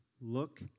Look